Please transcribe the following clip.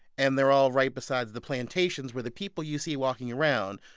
and they're all right beside the plantations where the people you see walking around,